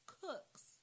Cooks